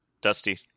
Dusty